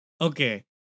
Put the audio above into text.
Okay